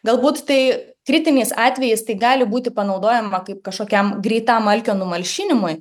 galbūt tai kritiniais atvejais gali būti panaudojama kaip kažkokiam greitam alkio numalšinimui